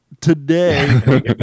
today